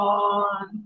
on